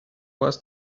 was